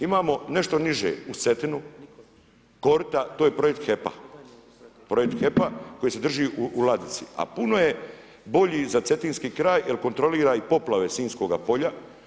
Imamo nešto niže uz Cetinu Korta to je projekt HEP-a koji se drži u ladici, a puno je bolji za cetinski kraj jer kontrolira i poplave Sinjskoga polja.